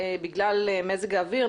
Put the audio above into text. בגלל מזג האוויר,